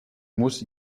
muss